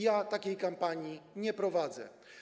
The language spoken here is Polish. Ja takiej kampanii nie prowadzę.